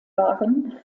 waren